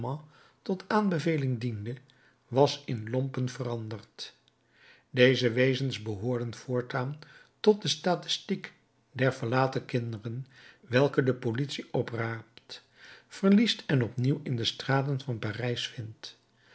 tot aanbeveling diende was in lompen veranderd deze wezens behoorden voortaan tot de statistiek der verlaten kinderen welke de politie opraapt verliest en opnieuw in de straten van parijs vindt